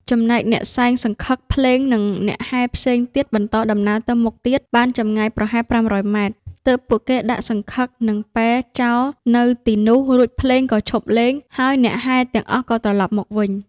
ចំណែកអ្នកសែងសង្ឃឹក ភ្លេង និងអ្នកហែផ្សេងទៀតបន្តដំណើរទៅមុខទៀត បានចម្ងាយប្រហែល ៥០០ ម៉ែត្រ ទើបពួកគេដាក់សង្ឃឹកនិងពែចោលនៅទីនោះ រួចភ្លេងក៏ឈប់លេង ហើយអ្នកហែទាំងអស់ក៏ត្រឡប់មកវិញ។